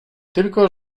tylko